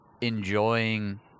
enjoying